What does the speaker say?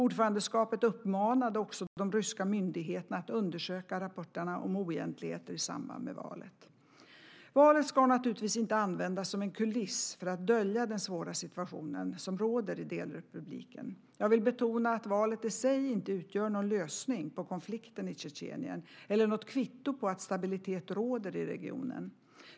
Ordförandeskapet uppmanade också de ryska myndigheterna att undersöka rapporterna om oegentligheter i samband med valet. Valet ska naturligtvis inte användas som en kuliss för att dölja den svåra situation som råder i delrepubliken. Jag vill betona att valet i sig inte utgör någon lösning på konflikten i Tjetjenien eller något kvitto på att stabilitet råder i regionen.